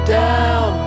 down